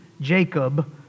Jacob